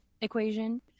equation